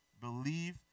Believe